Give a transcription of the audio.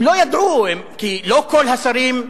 הם לא ידעו, כי לא כל השרים,